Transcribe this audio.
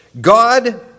God